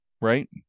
right